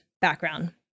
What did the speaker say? background